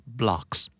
blocks